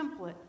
template